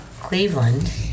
Cleveland